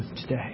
today